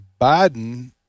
Biden